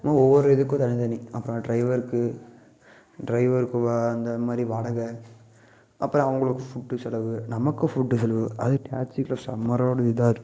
இதுமாதிரி ஒவ்வொரு இதுக்கும் தனித்தனி அப்புறம் டிரைவருக்கு டிரைவருக்கு வ அந்தமாதிரி வாடகை அப்புறம் அவங்களுக்கு ஃபுட்டு செலவு நமக்கும் ஃபுட்டு செலவு அது டெக்ஸிக்கெலாம் செமை ரோடு இதாகருக்கும் தி